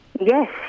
yes